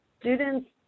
students